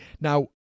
Now